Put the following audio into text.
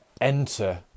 enter